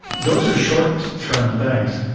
those are short term things.